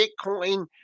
Bitcoin